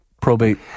probate